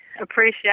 appreciate